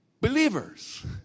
believers